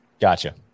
Gotcha